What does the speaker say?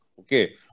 Okay